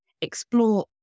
explore